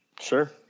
Sure